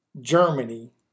Germany